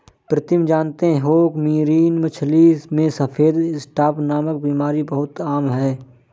प्रीतम जानते हो मरीन मछली में सफेद स्पॉट नामक बीमारी बहुत आम है